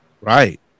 Right